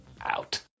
out